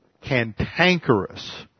cantankerous